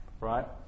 right